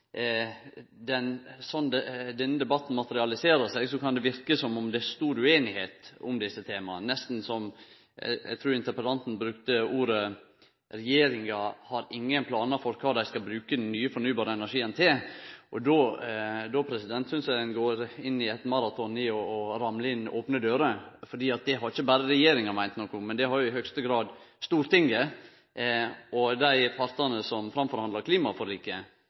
denne debatten materialiserer seg, kan det verke som om det er stor ueinigheit om desse temaa. Eg trur interpellanten uttrykte seg slik at regjeringa har ingen planar for kva dei skal bruke den nye fornybare energien til. Då synest eg ein går inn i ein maraton i å ramle inn opne dører, for det har ikkje berre regjeringa meint noko om, men det har i høgste grad Stortinget og dei partane som